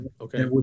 Okay